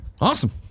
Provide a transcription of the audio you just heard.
awesome